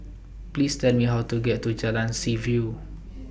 Please Tell Me How to get to Jalan Seaview